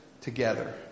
together